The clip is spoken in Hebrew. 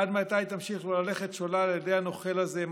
עד מתי תמשיכו ללכת שולל על ידי הנוכל הזה?